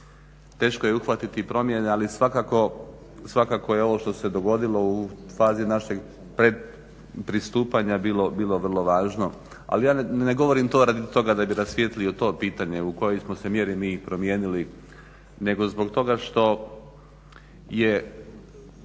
Teško je uhvatiti promjene ali svakako je ovo što se dogodilo u fazi našeg pristupanja bilo vrlo važno. Ali ja ne govorimo to radi toga da bi rasvijetlio to pitanje u kojoj smo se mjeri mi promijenili, nego zbog toga što je